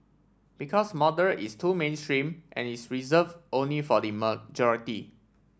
because moderate is too mainstream and is reserve only for the majority